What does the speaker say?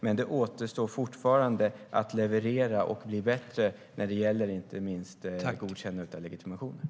Men det återstår fortfarande att leverera och bli bättre när det gäller inte minst godkännande av legitimationer.